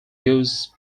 goose